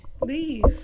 Leave